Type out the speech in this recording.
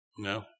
No